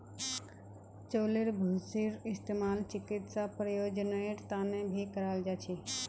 चउलेर भूसीर इस्तेमाल चिकित्सा प्रयोजनेर तने भी कराल जा छे